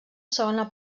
segona